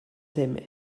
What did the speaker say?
aimées